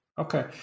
Okay